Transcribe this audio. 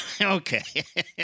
okay